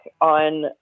on